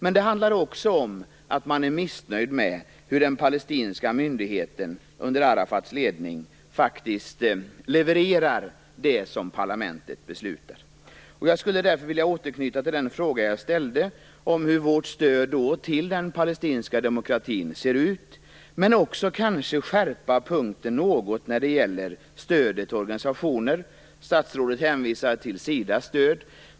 Men det handlar också om att man är missnöjd med hur den palestinska myndigheten under Arafats ledning faktiskt levererar det som parlamentet beslutar. Jag skulle därför vilja återknyta till den fråga jag ställde om hur vårt stöd till den palestinska demokratin ser ut, men kanske också skärpa punkten något när det gäller stödet till organisationer. Statsrådet hänvisar till SIDA:s stöd.